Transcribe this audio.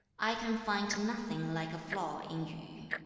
i can find nothing like a flaw in yu